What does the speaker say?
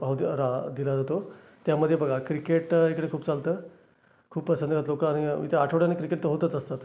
भाव आ दिला जातो त्यामध्ये बघा क्रिकेट इकडे खूप चालतं खूपच संदर्भात लोक आणि इथेे आठवड्याने क्रिकेट तर होतच असतात